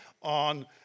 on